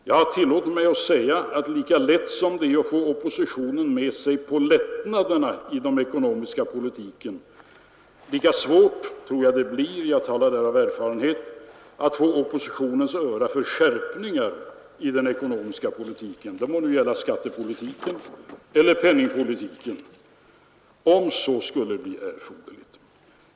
Jag tillåter mig säga att lika lätt som det är att få oppositionen med sig på lättnader i den ekonomiska politiken, lika svårt tror jag det blir — jag talar här av erfarenhet — att få oppositionens öra för skärpningar i den ekonomiska politiken, om så skulle bli erforderligt; det må gälla skattepolitiken eller penningpolitiken.